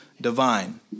divine